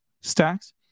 stacks